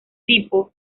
tipo